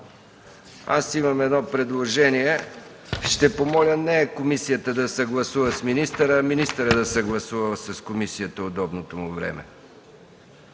Аз имам предложение – ще помоля не комисията да съгласува с министъра, а министърът да съгласува с комисията удобното му време.